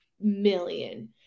million